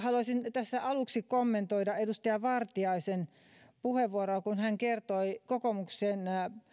haluaisin tässä aluksi kommentoida edustaja vartiaisen puheenvuoroa kun hän kertoi kokoomuksen